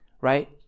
right